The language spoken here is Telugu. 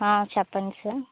ఆ చెప్పండి సార్